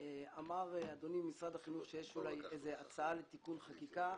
אמר אדוני ממשרד החינוך שיש הצעה לתיקון חקיקה,